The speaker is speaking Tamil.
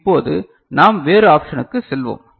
இப்போது நாம் வேறு ஆப்ஷனுக்கு செல்வோம்